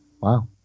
Wow